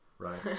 right